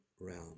realm